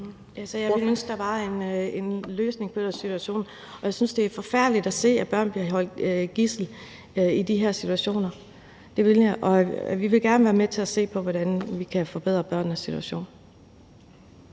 der var en løsning på den her situation, og jeg synes, det er forfærdeligt at se, at børn bliver holdt som gidsler i de her situationer. Og vi vil gerne være med til at se på, hvordan vi kan forbedre børnenes situation.